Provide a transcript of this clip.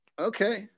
Okay